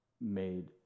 made